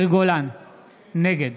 נגד